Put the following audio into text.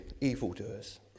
evildoers